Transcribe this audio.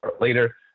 later